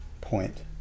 point